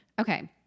okay